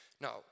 Now